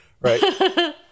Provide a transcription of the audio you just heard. right